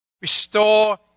restore